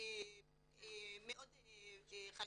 מאוד חשוב.